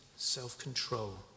Self-control